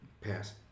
Pass